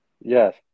Yes